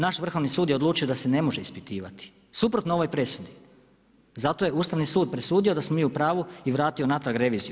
Naš Vrhovni sud je odlučio da se ne može ispitivati, suprotno ovoj presudi, zato je Ustavni sud presudio da smo mi u pravu i vratio natrag reviziju.